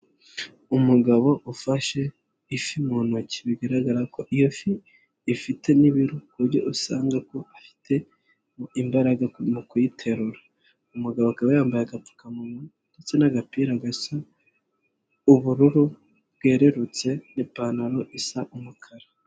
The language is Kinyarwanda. Umugabo ufashe ifi mu ntoki bigaragara ko iyo fi ifite n'ibiru byo usanga ko afite imbaraga mu kuyiterura, umugabo akaba yambaye agapfukamunwa ndetse n'agapira gasa ubururu bwerurutse n'ipantaro isa umukara.